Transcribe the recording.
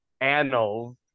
annals